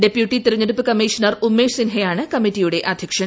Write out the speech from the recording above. deputy തെരഞ്ഞെടുപ്പ് commissioner Umesh സിൻഹയാണ് കമ്മിറ്റിയുടെ അധ്യക്ഷൻ